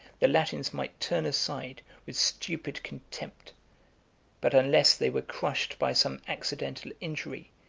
the latins might turn aside with stupid contempt but unless they were crushed by some accidental injury,